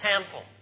temple